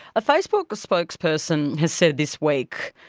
a facebook spokesperson has said this week,